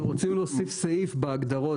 אנחנו רוצים להוסיף סעיף בהגדרות,